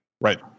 Right